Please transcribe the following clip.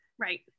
Right